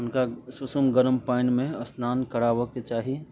हुनका सुषुम गरम पानिमे स्नान कराबऽके चाही